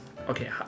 Okay